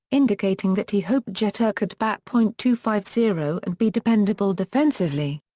indicating that he hoped jeter could bat point two five zero and be dependable defensively.